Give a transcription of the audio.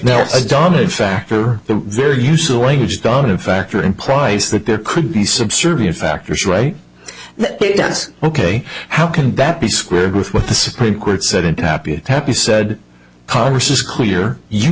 now a dominant factor the very useful language dominant factor in price that there could be subservient factors right does ok how can that be square with what the supreme court said happy happy said congress is clear you